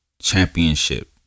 Championship